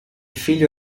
figlio